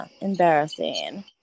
embarrassing